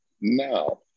now